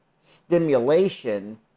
stimulation